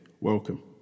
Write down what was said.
Welcome